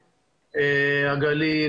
הגליל,